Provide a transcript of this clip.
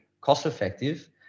cost-effective